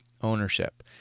ownership